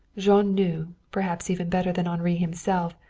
jean knew, perhaps even better than henri himself,